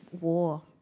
war